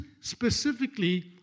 specifically